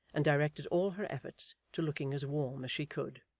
and directed all her efforts to looking as warm as she could.